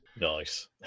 Nice